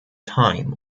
time